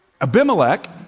Abimelech